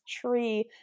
tree